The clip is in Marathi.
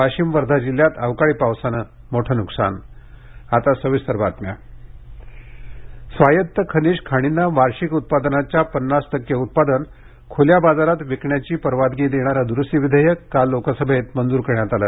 वाशीम वर्धा जिल्ह्यात अवकाळी पावसानं मोठं नुकसान खनिज खाणी स्वायत्त खनिज खाणींना वार्षिक उत्पादनाच्या पन्नास टक्के उत्पादन खूल्या बाजारात विकण्याची परवानगी देणारं द्रूस्ती विधेयक काल लोकसभेत मंजूर करण्यात आलं